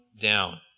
down